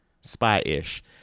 spy-ish